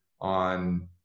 on